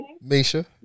Misha